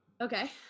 okay